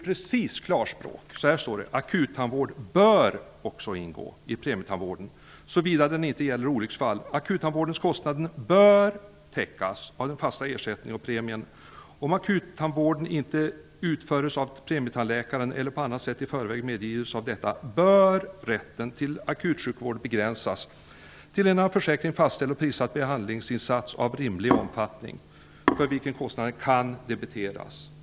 Propositionen talar klarspråk: Akuttandvården bör också ingå i premietandvården, såvida den inte gäller olycksfall. Akuttandvårdens kostnader bör täckas av den fasta ersättningen och premien. Om akuttandvården inte utförs av premietandläkaren eller på annat sätt i förväg medgives av denna bör rätten till akutsjukvård begränsas till en av försäkringen fastställd och prissatt behandlingsinsats av rimlig omfattning, vilken kostnad kan debiteras.